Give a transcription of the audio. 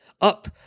up